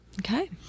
Okay